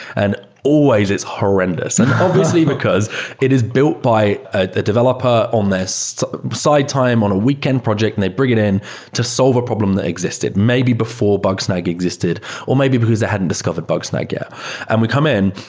and always, it's horrendous, and obviously because it is built by a developer on their side time on a weekend project and they bring it in to solve a problem that existed maybe before bugsnag existed or maybe because they hadn't discovered bugsnag yet. and we come in,